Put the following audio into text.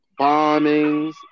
bombings